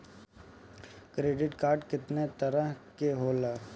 Credit card कितना तरह के होला?